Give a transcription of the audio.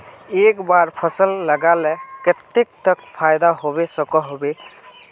एक बार फसल लगाले कतेक तक फायदा होबे सकोहो होबे?